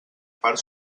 part